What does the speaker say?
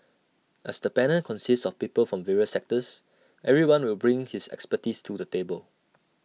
as the panel consists of people from various sectors everyone will bring his expertise to the table